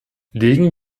legen